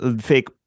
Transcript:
fake